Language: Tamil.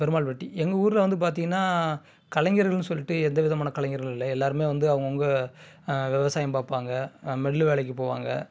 பெருமாள்பட்டி எங்கள் ஊரில் வந்து பார்த்தீங்கன்னா கலைஞர்கள்ன்னு சொல்லிட்டு எந்த விதமான கலைஞர்களும் இல்லை எல்லாேருமே வந்து அவுங்கவங்க விவசாயம் பார்ப்பாங்க மில்லு வேலைக்கு போவாங்க